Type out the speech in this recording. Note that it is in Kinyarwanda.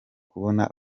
kubona